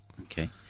Okay